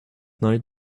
night